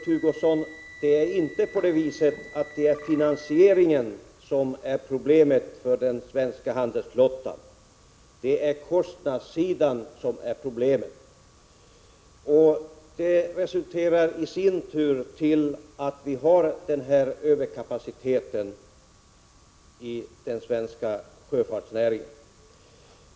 Kurt Hugosson, det är inte finansieringen som är problemet för den svenska handelsflottan, det är kostnadssidan som är problemet. Det resulterar i sin tur i att vi har överkapacitet i den svenska sjöfartsnäringen.